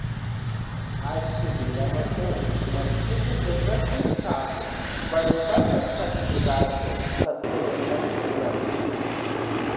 आज के बेरा म तो मनखे के जरुरत के हिसाब ले बरोबर पइसा के जुगाड़ तो कतको जघा ले होइ जाथे